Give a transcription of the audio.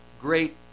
great